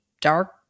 dark